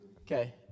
Okay